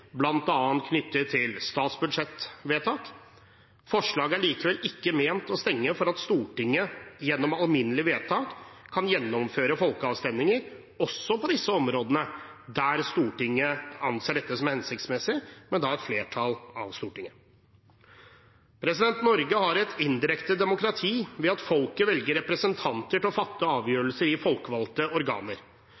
knyttet til statsbudsjettvedtak. Forslaget er likevel ikke ment å stenge for at Stortinget gjennom alminnelig vedtak kan gjennomføre folkeavstemninger også på de områdene der Stortinget anser dette som hensiktsmessig, med et flertall av Stortinget. Norge har et indirekte demokrati ved at folket velger representanter til å fatte